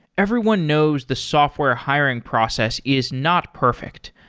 everyone knows the software hiring process is not perfect.